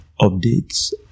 updates